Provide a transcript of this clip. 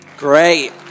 Great